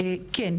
כן,